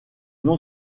nom